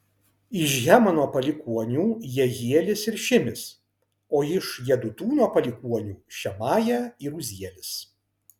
iš hemano palikuonių jehielis ir šimis o iš jedutūno palikuonių šemaja ir uzielis